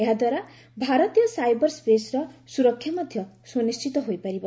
ଏହାଦ୍ୱାରା ଭାରତୀୟ cyber space ର ସ୍ବରକ୍ଷା ମଧ୍ୟ ସ୍ୱନିଶ୍ଚିତ ହୋଇପାରିବ